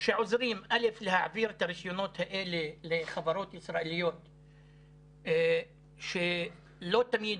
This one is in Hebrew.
שעוזרים להעביר את הרשימות האלה לחברות ישראליות שלא תמיד